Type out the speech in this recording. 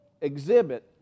exhibit